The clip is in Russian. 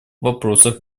вопросах